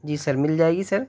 جی sir مل جائے گی سر